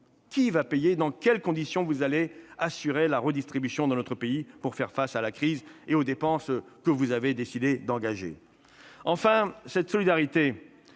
qui va payer et dans quelles conditions allez-vous assurer la redistribution dans notre pays pour faire face à la crise et aux dépenses que vous avez décidé d'engager ? Enfin, cette solidarité